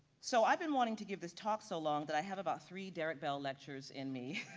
so i've been wanting to give this talk so long that i have about three derrick bell lectures in me.